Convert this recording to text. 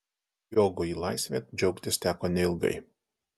jogui laisve džiaugtis teko neilgai